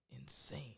insane